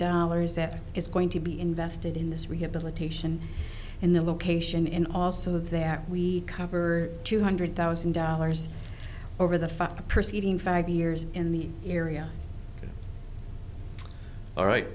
dollars that is going to be invested in this rehabilitation in the location in also that we cover two hundred thousand dollars over the for the proceeding five years in the area all right